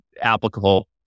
applicable